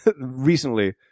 recently